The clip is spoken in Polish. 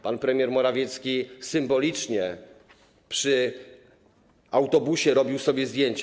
Pan premier Morawiecki symbolicznie przy autobusie robił sobie zdjęcia.